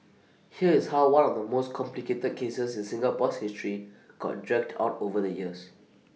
here is how one of the most complicated cases in Singapore's history got dragged out over the years